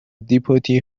deputy